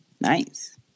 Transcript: Nice